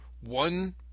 one